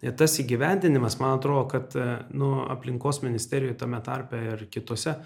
ir tas įgyvendinimas man atrodo kad nu aplinkos ministerijoje tame tarpe ir kitose